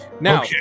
now